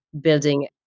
building